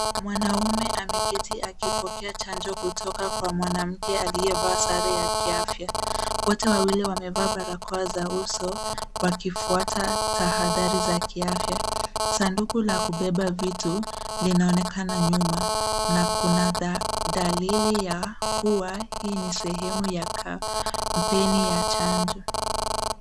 Mwanaume ameketi akiokea chanjo kutoka kwa mwanamke aliyevaa sare ya kiafya. Wote wawili wamevaa barakoa za uso wakifwata tahadhari za kiafya. Sanduku la kubeba vitu linaonekana nyuma na kuna dalili ya kuwa hii ni sehemu ya kampeni ya chanjo.